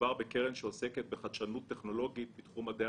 מדובר בקרן שעוסקת בחדשנות טכנולוגית בתחום מדעי